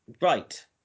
right